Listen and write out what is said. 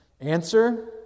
Answer